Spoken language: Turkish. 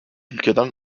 ülkeden